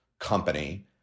Company